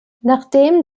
nachdem